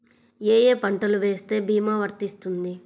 ఏ ఏ పంటలు వేస్తే భీమా వర్తిస్తుంది?